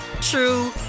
true